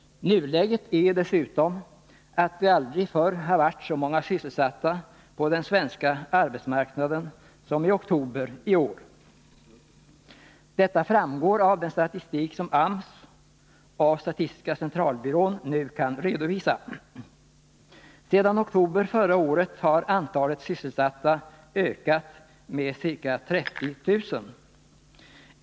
Nuläget är dessutom att det aldrig har varit så många sysselsatta på den svenska arbetsmarknaden som i oktober i år. Detta framgår av den statistik från AMS som statistiska centralbyrån nu kan redovisa. Sedan oktober förra året har antalet sysselsatta ökat med ca 30 000.